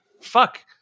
fuck